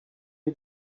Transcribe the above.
you